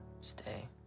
Stay